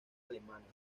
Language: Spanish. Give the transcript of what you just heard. alemanas